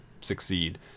succeed